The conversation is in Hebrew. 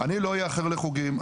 אני לא אאחר לחוגים,